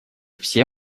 все